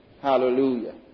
Hallelujah